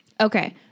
Okay